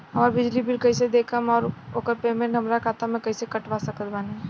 हमार बिजली बिल कईसे देखेमऔर आउर ओकर पेमेंट हमरा खाता से कईसे कटवा सकत बानी?